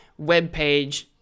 webpage